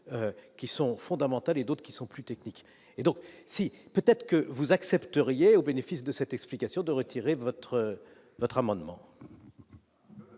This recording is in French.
qui sont fondamentales et d'autres qui sont plus techniques et donc si, peut-être que vous accepteriez au bénéfice de cette explication de retirer votre votre amendement.